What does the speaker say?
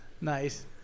Nice